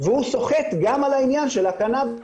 והוא סוחט גם על העניין של הקנאביס,